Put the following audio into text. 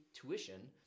tuition